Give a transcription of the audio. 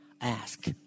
ask